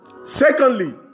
Secondly